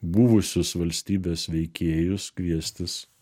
buvusius valstybės veikėjus kviestis